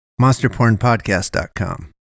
monsterpornpodcast.com